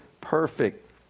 perfect